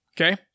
okay